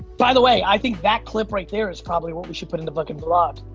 by the way, i think that clip right there is probably what we should put in the fucking vlog.